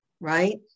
right